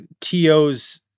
TOs